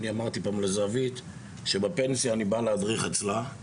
אני אמרתי פעם לזהבית שבפנסיה אני בא להדריך אצלה,